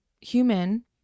human